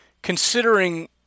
considering